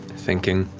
thinking.